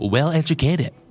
Well-educated